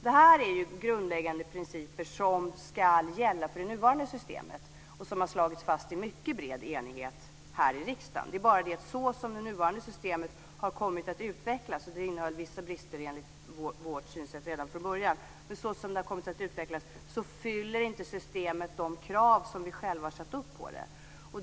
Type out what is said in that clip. Det här är grundläggande principer som ska gälla för det nuvarande systemet, som har slagits fast i mycket bred enighet här i riksdagen. Det är bara det att så som det nuvarande systemet har kommit att utvecklas - och det innehöll vissa brister enligt vårt synsätt redan från början - fyller inte systemet de krav som vi själva har satt upp för det.